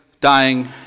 dying